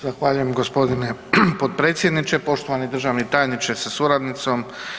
Zahvaljujem g. potpredsjedniče, poštovani državni tajniče sa suradnicom.